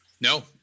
no